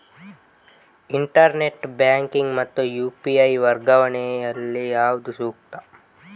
Internet banking ಮತ್ತು UPI ವರ್ಗಾವಣೆ ಯಲ್ಲಿ ಯಾವುದು ಸೂಕ್ತ?